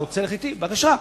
בבקשה.